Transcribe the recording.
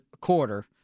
quarter